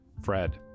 Fred